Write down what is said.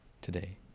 today